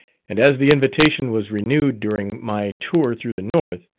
and as the invitation was renewed during my tour through the north,